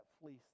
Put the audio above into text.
fleece